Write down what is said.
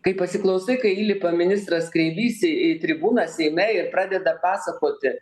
kai pasiklausai kai įlipa ministras kreivys į į tribūną seime ir pradeda pasakoti